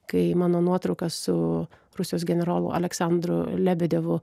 kai mano nuotrauka su rusijos generolu aleksandru lebedevu